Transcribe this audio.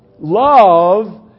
love